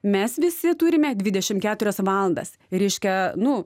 mes visi turime dvidešimt keturias valandas reiškia nu